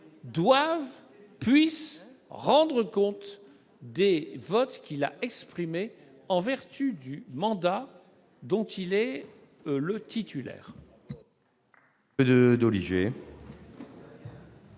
doive et puisse rendre compte des votes qu'il a émis en vertu du mandat dont il est le titulaire.